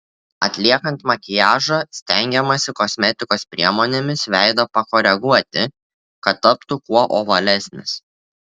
atliekant makiažą stengiamasi kosmetikos priemonėmis veidą pakoreguoti kad taptų kuo ovalesnis